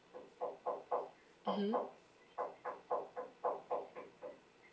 mmhmm